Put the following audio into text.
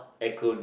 acronym